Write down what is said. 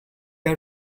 are